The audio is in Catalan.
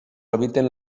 habiten